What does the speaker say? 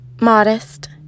modest